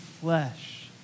flesh